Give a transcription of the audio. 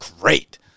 Great